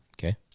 okay